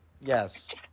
yes